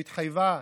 שהתחייבה